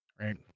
right